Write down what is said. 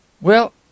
Well